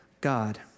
God